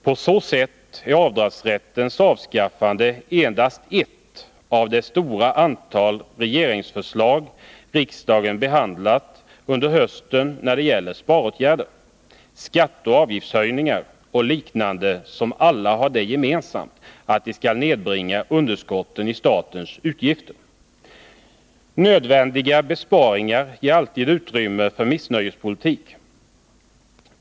På så sätt är avdragsrättens avskaffande endast ett av det stora antal regeringsförslag riksdagen behandlat under hösten när det gäller sparåtgärder, skatteoch avgiftshöjningar och liknande som alla har det gemensamt att de skall nedbringa underskotten i statens utgifter. Nödvändiga besparingar ger alltid utrymme för missnöjespolitik.